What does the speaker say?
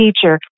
teacher